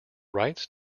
rights